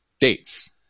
dates